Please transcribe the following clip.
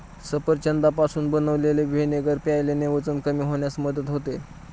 सफरचंदापासून बनवलेले व्हिनेगर प्यायल्याने वजन कमी होण्यास मदत होते